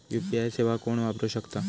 UPI सेवा कोण वापरू शकता?